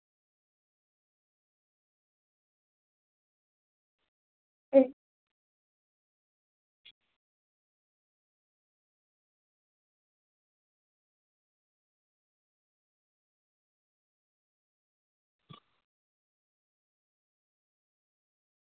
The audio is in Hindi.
नहीं चलेगा पच्चीस हज़ार से एक रुपये कम नहीं होगा क्योंकि देखो जमीन इतनी अच्छी जगह पर है फिर मैं आपको सुविधाएँ भी दूंगी जो मेरा बोर है उससे आप पानी ले सकते हैं और आप दुकान दुकान में और भी अगर आपको कोई चीज की ज़रूरत होगी तो वो मैं दे दूंगी